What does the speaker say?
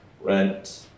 rent